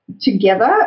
together